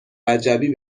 وجبی